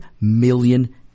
million